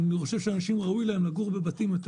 אני חושב שראוי לאנשים לגור בבתים יותר